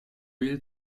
real